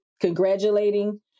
congratulating